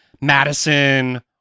Madison